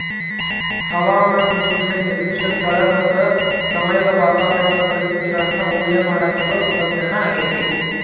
ಹವಾಮಾನ ಮುನ್ಸೂಚನೆ ನಿರ್ದಿಷ್ಟ ಸ್ಥಳ ಮತ್ತ ಸಮಯದ ವಾತಾವರಣದ ಪರಿಸ್ಥಿತಿಗಳನ್ನ ಊಹೆಮಾಡಾಕಿರೋ ತಂತ್ರಜ್ಞಾನ ಆಗೇತಿ